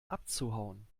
abzuhauen